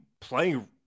playing